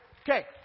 Okay